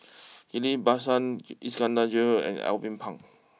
Ghillie Basan Iskandar Jalil and Alvin Pang